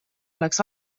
oleks